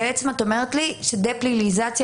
את אומרת לי שדה-פליליזציה,